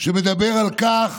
שמדבר על כך